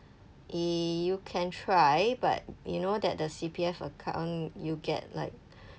e~ you can try but you know that the C_P_F account you get like